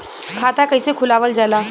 खाता कइसे खुलावल जाला?